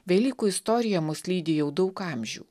velykų istorija mus lydi jau daug amžių